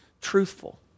truthful